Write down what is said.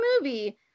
movie